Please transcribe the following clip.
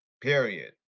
Period